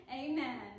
Amen